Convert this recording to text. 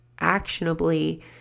actionably